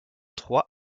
troyes